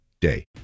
day